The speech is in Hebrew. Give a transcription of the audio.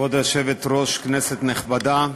כבוד היושבת-ראש, כנסת נכבדה,